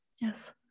Yes